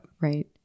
right